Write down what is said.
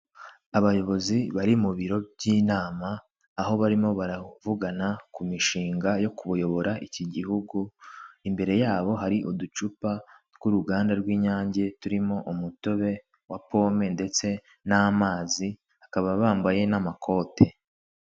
Abayobozi bari mu biro by'inama aho barimo baravugana ku mishinga yo kuyobora iki gihugu imbere yabo hari uducupa tw'uruganda rw'inyange turimo umutobe wa pome ndetse n'amazi bakaba bambaye n'amakote.